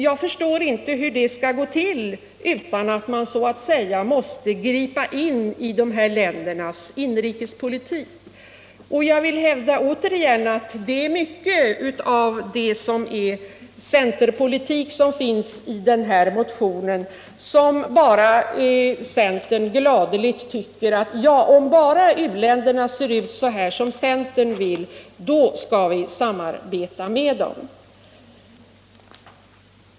Jag förstår inte hur vi skall kunna förändra dem utan att gripa in i ländernas inrikespolitik. Mycket av vad som skrivs i centermotionen ger intryck av att man menar att om bara uländerna ser ut som centern vill, då skall vi samarbeta med dem.